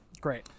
Great